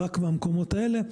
רק מהמקומות האלה.